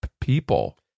people